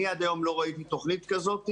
אני עד היום לא ראיתי תוכנית כזאת.